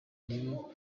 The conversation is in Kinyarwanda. nibo